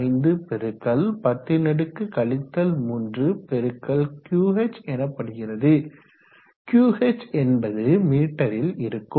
725×10 3×Qh எனப்படுகிறது Qh என்பது மீட்டரில் இருக்கும்